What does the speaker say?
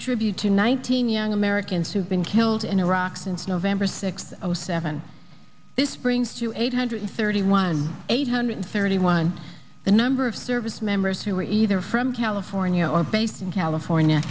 tribute to nineteen young americans who've been killed in iraq since november sixth or seventh this brings to eight hundred thirty one eight hundred thirty one the number of service members who are either from california or based in california